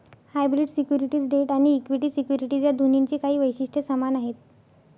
hybrid securities debt आणि equity securities या दोन्हींची काही वैशिष्ट्ये समान आहेत